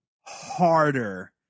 harder